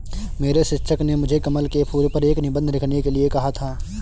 मेरे शिक्षक ने मुझे कमल के फूल पर एक निबंध लिखने के लिए कहा था